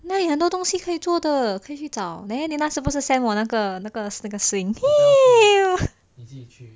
那里有很多东西可以做的可以去找你那时不是 send 我那个那个 swing